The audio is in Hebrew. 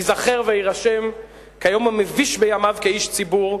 ייזכר ויירשם לו הדבר כיום המביש בימיו כאיש ציבור,